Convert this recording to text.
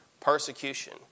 persecution